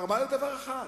גרם לדבר אחד: